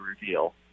reveal